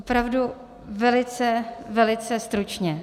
Opravdu velice, velice stručně.